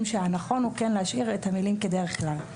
שהנכון הוא כן להשאיר את המילים "כדרך כלל".